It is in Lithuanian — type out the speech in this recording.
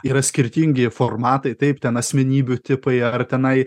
yra skirtingi formatai taip ten asmenybių tipai ar tenai